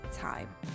time